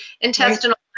intestinal